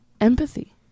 empathy